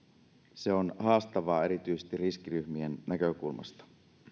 se on haastavaa erityisesti riskiryhmien näkökulmasta